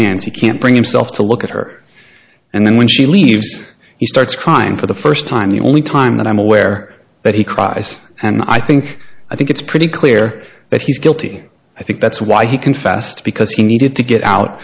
hands he can't bring himself to look at her and then when she leaves he starts crying for the first time the only time that i'm aware that he cries and i think i think it's pretty clear that he's guilty i think that's why he confessed because he needed to get out